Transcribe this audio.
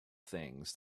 things